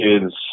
kids